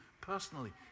personally